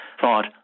thought